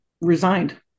resigned